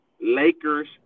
Lakers